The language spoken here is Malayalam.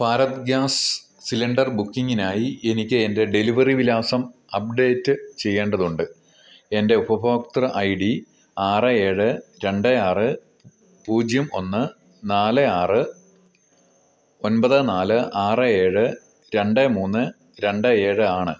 ഭാരത് ഗ്യാസ് സിലിണ്ടർ ബുക്കിങ്ങിനായി എനിക്ക് എൻ്റെ ഡെലിവറി വിലാസം അപ്ഡേറ്റ് ചെയ്യേണ്ടതുണ്ട് എൻ്റെ ഉപഭോക്തൃ ഐ ഡി ആറ് ഏഴ് രണ്ട് ആറ് പൂജ്യം ഒന്ന് നാല് ആറ് ഒൻപത് നാല് ആറ് ഏഴ് രണ്ട് മൂന്ന് രണ്ട് ഏഴ് ആണ്